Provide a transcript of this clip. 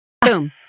Boom